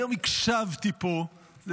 היום הקשבתי פה לשר קרעי,